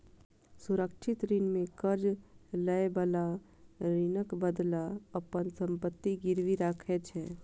सुरक्षित ऋण मे कर्ज लएबला ऋणक बदला अपन संपत्ति गिरवी राखै छै